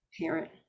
parent